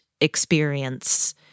experience